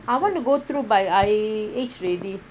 I want to go through but I age already